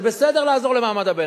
זה בסדר לעזור למעמד הביניים,